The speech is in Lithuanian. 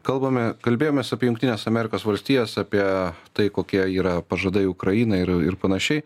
kalbame kalbėjomės apie jungtines amerikos valstijas apie tai kokie yra pažadai ukrainai ir ir panašiai